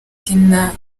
tina